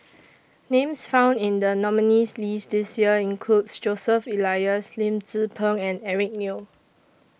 Names found in The nominees' list This Year include Joseph Elias Lim Tze Peng and Eric Neo